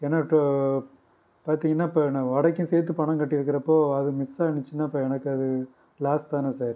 ஏன்னால் டோ பார்த்திங்கன்னா இப்போ நான் வடைக்கும் சேர்த்து பணம் கட்டிருக்கிறப்போ அது மிஸ் ஆணுச்சுன்னா இப்போ எனக்கு அது லாஸ் தானே சார்